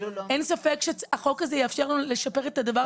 אין ספק שהחוק הזה יאפשר לנו לשפר את הדבר הזה.